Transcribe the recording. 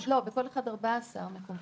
לא, בכל אחד 14 מקומות.